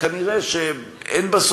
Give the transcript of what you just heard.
כנראה אין,